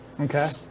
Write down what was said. Okay